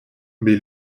mais